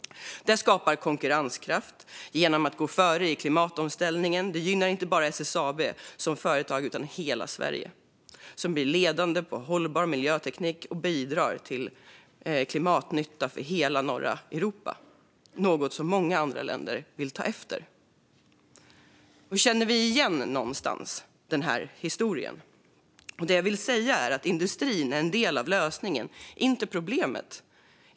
Detta skapar konkurrenskraft genom att man går före i klimatomställningen. Det gynnar inte bara SSAB som företag utan hela Sverige, som blir ledande i hållbar miljöteknik och bidrar till klimatnytta för hela norra Europa. Det är något som många andra länder vill ta efter. Känner vi någonstans igen den här historien? Det jag vill säga är att industrin är en del av lösningen - inte problemet.